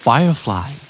Firefly